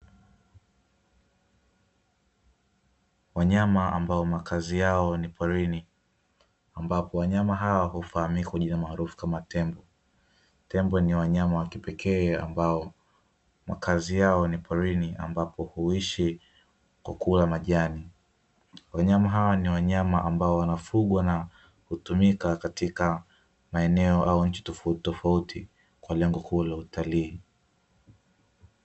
Wanyama ambao makazi yao ni porini ambapo wanyama hawa hufahamika kwa jina maarufu kama tembo, tembo ni wanyama wa kipekee ambao makazi yao ni porini ambapo huishi kwa kula majani. Wanyama hawa ni wanyama ambao wanafugwa na kutumika katika maeneo au nchi tofautitofauti kwa lengo kuu la utalii.